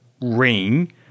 ring